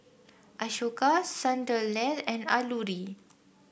Ashoka Sunderlal and Alluri